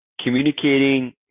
Communicating